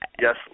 yes